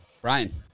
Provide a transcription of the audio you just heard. Brian